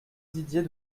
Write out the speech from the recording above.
didier